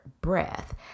breath